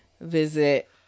visit